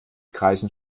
kreisen